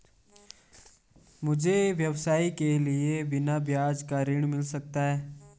मुझे व्यवसाय के लिए बिना ब्याज का ऋण मिल सकता है?